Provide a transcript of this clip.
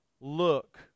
look